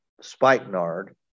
spikenard